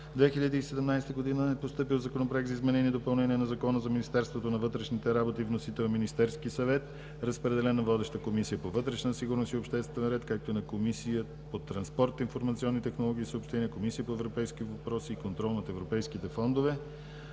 2017 г. е постъпил Законопроект за изменение и допълнение на Закона за Министерството на вътрешните работи. Вносител е Министерският съвет. Разпределен е на водеща Комисия по вътрешна сигурност и обществен ред, както и на Комисията по транспорт, информационни технологии и съобщения, Комисията по европейски въпроси и контрол на европейските фондове.